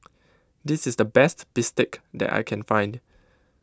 this is the best bistake that I can find